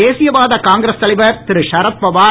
தேசியவாத காங்கிரஸ் தலைவர் திரு ஷரத்பவார்